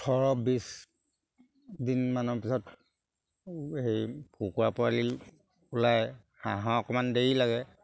ওঠৰ বিছ দিনমানৰ পিছত হেৰি কুকুৰা পোৱালি ওলায় হাঁহৰ অকণমান দেৰি লাগে